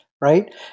right